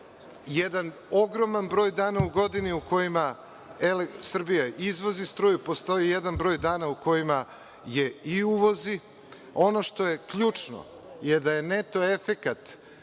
jedan ogroman broj dana u godini u kojima EPS izvozi struju, postoji jedan broj dana kada je i uvozi. Ono što je ključno je da je neto efekat